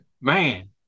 Man